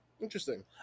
Interesting